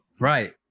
right